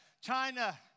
China